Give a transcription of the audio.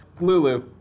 Lulu